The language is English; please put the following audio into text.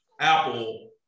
Apple